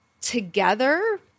together